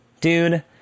Dude